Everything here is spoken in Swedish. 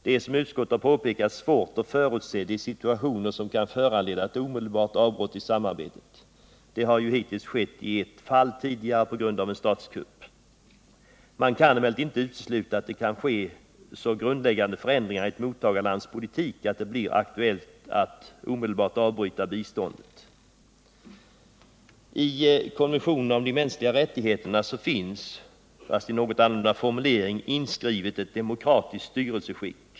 Det är, som utskottet har påpekat, svårt att förutse de situationer som kan föranleda ett omedelbart avbrott i samarbetet — det har hittills skett i ett fall som följd av en statskupp. Man kan emellertid inte utesluta att det kan ske så grundläggande förändringar i ett mottagarlands politik att det blir aktuellt att omedelbart avbryta biståndet. I konventionen om de mänskliga rättigheterna finns, fast i något annorlunda formulering, inskrivet ett demokratiskt styrelseskick.